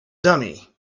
dummy